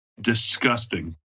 disgusting